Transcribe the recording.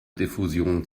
diffusion